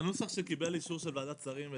הנוסח שקיבל אישור של ועדת שרים,